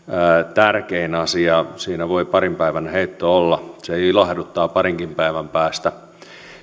tärkein asia siinä voi parin päivä heitto olla se ilahduttaa parinkin päivän päästä